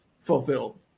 fulfilled